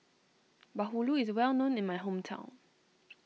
Bahulu is well known in my hometown